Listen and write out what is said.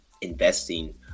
investing